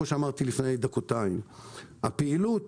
הפעילות